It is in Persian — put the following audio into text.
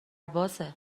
بازه